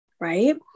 right